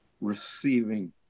receiving